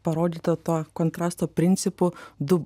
parodyta to kontrasto principu du